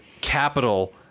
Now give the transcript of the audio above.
capital